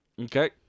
Okay